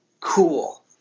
cool